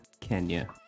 Kenya